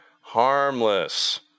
harmless